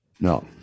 No